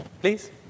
Please